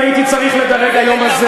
אם הייתי צריך לדרג היום הזה,